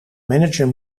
manager